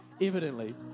evidently